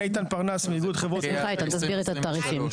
איתן, תסביר את התעריפים.